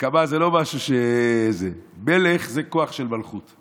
מלך זה כוח של מלכות.